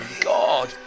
God